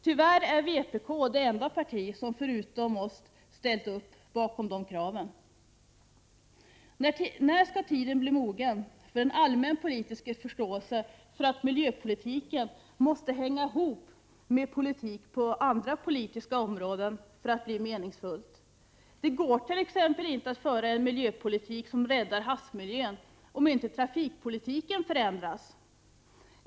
Tyvärr är vpk det enda parti — förutom miljöpartiet — som ställt sig bakom de kraven. Närskall tiden bli mogen för en allmänpolitisk förståelse för att miljöpolitiken måste hänga ihop med politik på andra politiska områden för att bli meningsfull? Det går t.ex. inte att föra en miljöpolitik som räddar havsmiljön, om inte trafikpolitiken förändras.